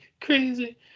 crazy